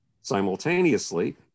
simultaneously